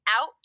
out